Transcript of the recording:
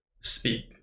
speak